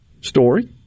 story